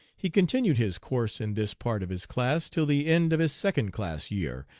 he continued his course in this part of his class till the end of his second class year,